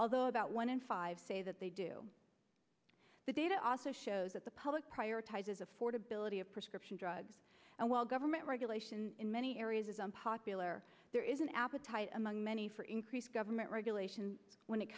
although about one in five say that they do the data also shows that the public prioritizes affordability of prescription drugs and while government regulation in many areas is unpopular there is an appetite among many for increased government regulation when it